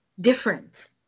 different